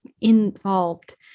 involved